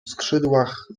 skrzydłach